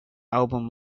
album